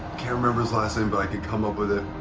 can't remember his last name, but i can come up with it.